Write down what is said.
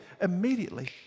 Immediately